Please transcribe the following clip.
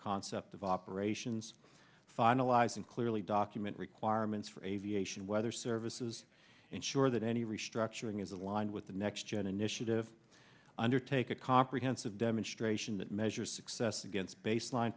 concept of operations finalizing clearly document requirements for aviation weather services ensure that any restructuring is aligned with the next gen initiative undertake a comprehensive demonstration that measure success against baseline